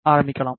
ஆரம்பிக்கலாம்